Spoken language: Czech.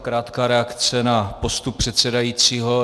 Krátká reakce na postup předsedajícího.